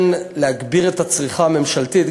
כן להגביר את הצריכה הממשלתית.